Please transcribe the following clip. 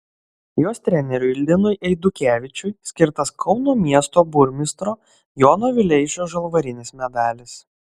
jos treneriui linui eidukevičiui skirtas kauno miesto burmistro jono vileišio žalvarinis medalis